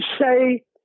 say